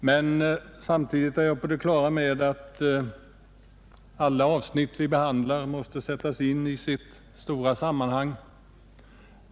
Men jag är också på det klara med att alla avsnitt som vi behandlar måste sättas in i sitt stora sammanhang.